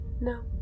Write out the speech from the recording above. No